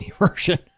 version